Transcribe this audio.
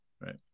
right